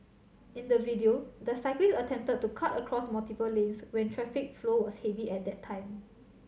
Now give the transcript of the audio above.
in the video the cyclist attempted to cut across multiple lanes when traffic flow was heavy at that time